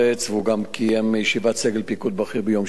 והוא גם קיים ישיבת סגל פיקוד בכיר ביום שני,